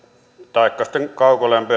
taikka sitten kaukolämpöä